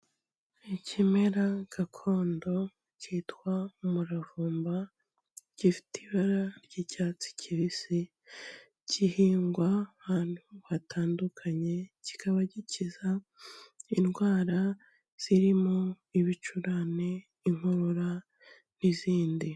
Ikimera gakondo cyitwa umuravumba gifite ibara ry'icyatsi kibisi, gihingwa ahantu hatandukanye kikaba gikiza indwara zirimo ibicurane, inkorora, n'izindi.